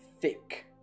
thick